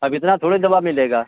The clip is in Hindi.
अब इतना थोड़ी दबा मिलेगा